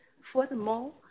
Furthermore